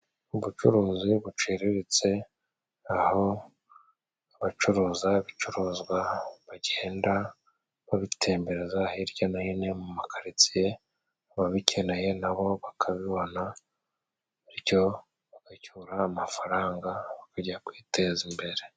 Ubucuruzi buciriritse aho abacuruza ibicuruzwa bagenda babitembereza hirya no hino mu makaritsiye, ababikeneye nabo bakabibona, bityo bagacyura amafaranga bakajya kwiteza imbere.